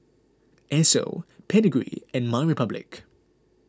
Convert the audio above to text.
Esso Pedigree and MyRepublic